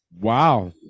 Wow